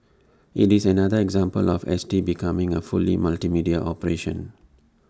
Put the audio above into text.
IT is another example of S T becoming A fully multimedia operation